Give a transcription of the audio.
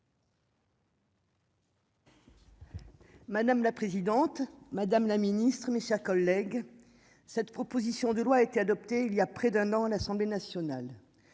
Madame la présidente, Madame la Ministre, mes chers collègues, cette proposition de loi a été adoptée il y a près d'un an à l'Assemblée nationale,